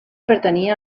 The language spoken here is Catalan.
pertanyia